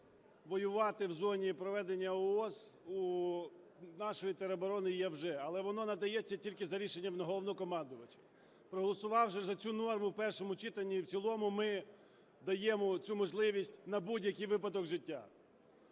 Право воювати в зоні проведення ООС у нашої тероборони є вже, але воно надається тільки за рішенням Головнокомандувача. Проголосувавши за цю норму в першому читанні і в цілому, ми даємо цю можливість на будь-який випадок життя.